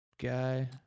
guy